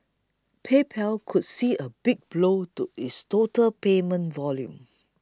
PayPal could see a big blow to its total payments volume